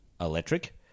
electric